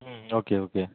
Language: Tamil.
ம் ம் ஓகே ஓகே